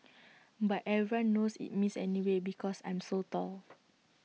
but everyone knows it's me anyways because I'm so tall